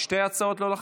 בשתי ההצעות לא לחצת?